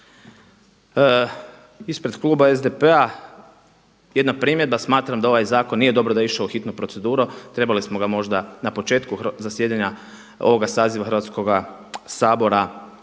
Ispred kluba SDP-a jedna primjedba. Smatram da ovaj zakon nije dobro da je išao u hitnu proceduru, trebali smo ga možda na početku zasjedanja ovoga saziva Hrvatskoga sabora